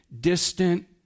distant